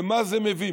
למה זה מביא?